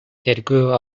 тергөө